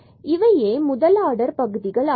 எனவே இவையே முதல் ஆர்டர் பகுதிகள் ஆகும்